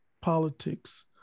politics